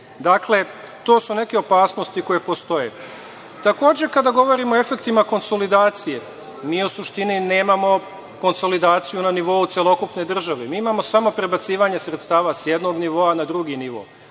opštine. To su neke opasnosti koje postoje. Takođe, kada govorimo o efektima konsolidacije, mi u suštini nemamo konsolidaciju na nivou celokupne države, mi imamo samo prebacivanje sredstava sa jednog nivoa na drugi nivo.